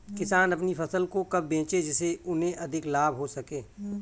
किसान अपनी फसल को कब बेचे जिसे उन्हें अधिक लाभ हो सके?